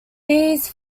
these